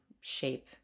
shape